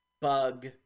Bug